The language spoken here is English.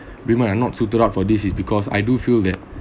women are not suited up for this is because I do feel that